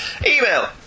Email